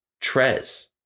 Trez